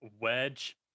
Wedge